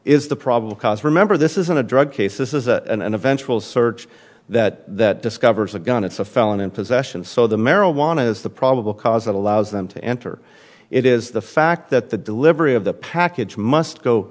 is the probable cause remember this isn't a drug case this is a an eventual search that that discovers a gun it's a felon in possession so the marijuana is the probable cause that allows them to enter it is the fact that the delivery of the package must go